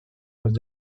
fosc